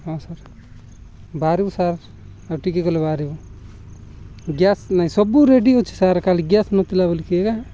ହଁ ସାର୍ ବାହାରିବୁ ସାର୍ ଆଉ ଟିକିଏ ଗଲେ ବାହାରିବୁ ସାର୍ ନାଇଁ ସବୁ ରେଡ଼ି ଅଛି ସାର୍ ଖାଲି ସାର୍ ନଥିଲା ବୋଲିକି ଏକା